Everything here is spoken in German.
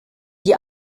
die